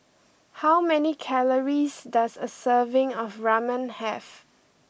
how many calories does a serving of Ramen have